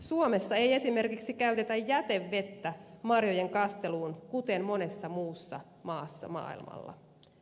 suomessa ei esimerkiksi käytetä jätevettä marjojen kasteluun kuten monessa muussa maassa maailmalla